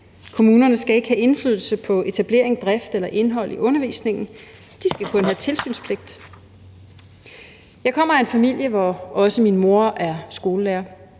Kommunerne skal ikke have indflydelse på etablering, drift eller indhold i undervisningen, de skal kun have tilsynspligt. Jeg kommer af en familie, hvor også min mor er skolelærer.